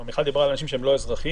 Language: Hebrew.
מיכל דיברה על אנשים שאינם אזרחים.